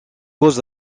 beaux